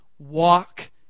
walk